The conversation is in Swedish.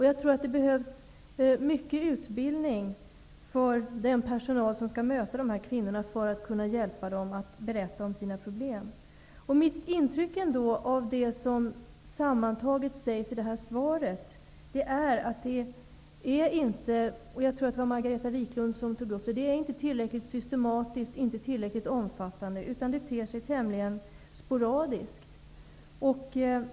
Jag tror att det krävs omfattande utbildning för att den personal som skall möta dessa kvinnor skall kunna hjälpa dem att berätta om sina problem. Jag tror att det var Margareta Viklund som tog upp denna fråga. Mitt intryck av det som sammantaget sägs i interpellationssvaret är att utbildningen inte är tillräckligt systematisk och omfattande, utan att utbildningen sker tämligen sporadiskt.